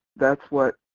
that's what,